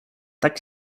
tak